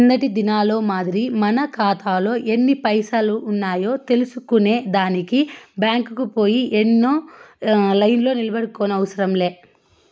కిందటి దినాల మాదిరి మన కాతాలో ఎన్ని పైసలున్నాయో తెల్సుకునే దానికి బ్యాంకుకు పోయి లైన్లో నిల్సోనవసరం లే